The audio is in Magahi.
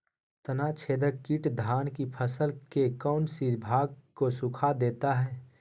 तनाछदेक किट धान की फसल के कौन सी भाग को सुखा देता है?